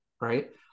right